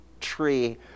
tree